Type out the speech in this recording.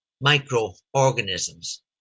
microorganisms